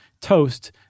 toast